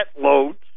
loads